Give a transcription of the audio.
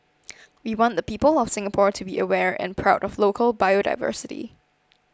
we want the people of Singapore to be aware and proud of local biodiversity